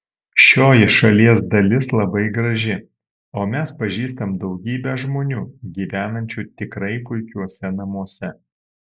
šioji šalies dalis labai graži o mes pažįstam daugybę žmonių gyvenančių tikrai puikiuose namuose